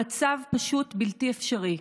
המצב פשוט בלתי אפשרי,